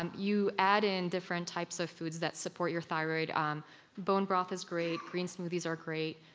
um you add in different types of foods that support your thyroid um bone broth is great, green smoothies are great.